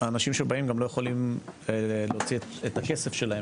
האנשים שבאים גם לא יכולים להוציא את הכסף שלהם